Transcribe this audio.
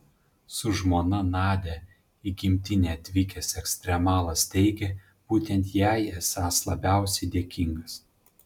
su žmona nadia į gimtinę atvykęs ekstremalas teigė būtent jai esąs labiausiai dėkingas